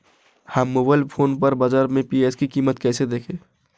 हम mobile phone पर बाज़ार में प्याज़ की कीमत कैसे देखें?